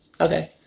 Okay